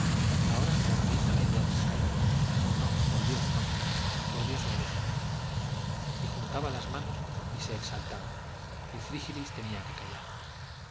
ahora me horroriza la idea de la calle oh no por dios no por dios me dejen y juntaba las manos y se exaltaba y frígilis tenía que callar